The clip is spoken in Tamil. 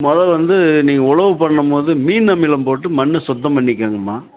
மொதல் வந்து நீங்கள் உழவு பண்ணும்போது மீன் அமிலம் போட்டு மண்ணை சுத்தம் பண்ணிக்கோங்கம்மா